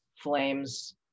Flames